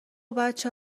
بچه